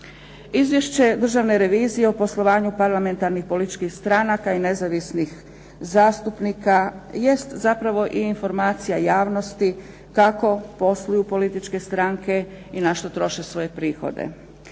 Izvješće Državne revizije o poslovanju parlamentarnih političkih stranaka i nezavisnih zastupnika jest zapravo i informacija javnosti kako posluju političke stranke i na što troše svoje prihode.